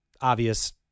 obvious